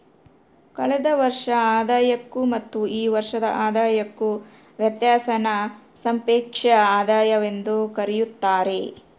ಕಳೆದ ವರ್ಷದ ಆದಾಯಕ್ಕೂ ಮತ್ತು ಈ ವರ್ಷದ ಆದಾಯಕ್ಕೂ ವ್ಯತ್ಯಾಸಾನ ಸಾಪೇಕ್ಷ ಆದಾಯವೆಂದು ಕರೆಯುತ್ತಾರೆ